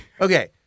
Okay